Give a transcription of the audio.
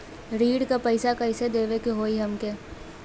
ऋण का पैसा कइसे देवे के होई हमके?